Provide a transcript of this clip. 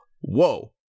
Whoa